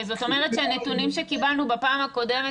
זאת אומרת שהנתונים שקיבלנו בפעם הקודמת,